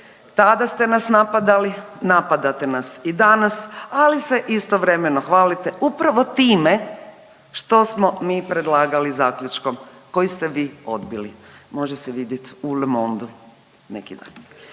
Tada ste nas napadali, napadate nas i danas, ali se istovremeno hvalite upravo time što smo mi predlagali zaključkom koji ste vi odbili, možete se vidjeti u Le Mondu neki dan.